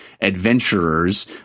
adventurers